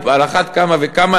או על אחת כמה וכמה,